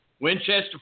Winchester